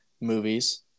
movies